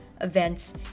events